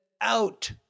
out